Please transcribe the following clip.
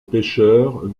pêcheurs